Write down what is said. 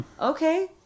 okay